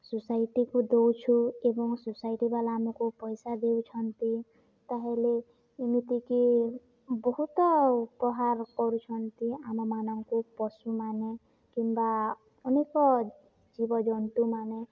ସୋସାଇଟିକୁ ଦେଉଛୁ ଏବଂ ସୋସାଇଟିବାଲା ଆମକୁ ପଇସା ଦେଉଛନ୍ତି ତା'ହେଲେ ଏମିତିକି ବହୁତ ଉପହାର କରୁଛନ୍ତି ଆମମାନଙ୍କୁ ପଶୁମାନେ କିମ୍ବା ଅନେକ ଜୀବଜନ୍ତୁମାନେ